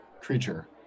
creature